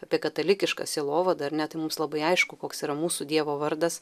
apie katalikišką sielovadą ar ne tai mums labai aišku koks yra mūsų dievo vardas